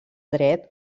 dret